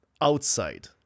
outside